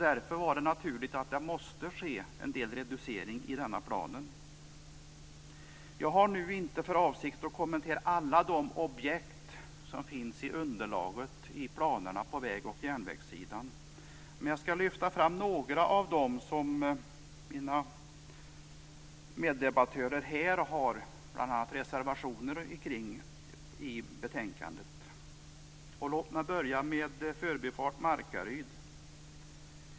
Därför måste en del reduceringar göras i denna plan. Jag har inte för avsikt att kommentera alla de objekt som finns i planerna på väg och på järnvägssidan, men jag skall lyfta fram bl.a. några objekt som har föranlett reservationer från meddebattörerna. Låt mig börja med objektet förbifart Markaryd.